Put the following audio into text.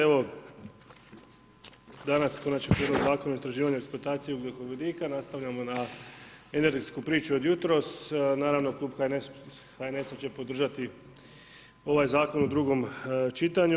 Evo, danas Konačni prijedlog Zakona o istraživanje eksploatacije ugljikovodika, nastavljamo na energetsku priču od jutros, naravno Klub HNS-a će podržati ovaj zakon u drugom čitanju.